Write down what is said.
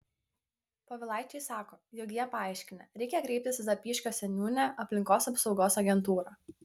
povilaičiai sako jog jie paaiškinę reikia kreiptis į zapyškio seniūnę aplinkos apsaugos agentūrą